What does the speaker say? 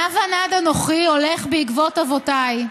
"נע ונד אנוכי, הולך בעקבות אבותיי,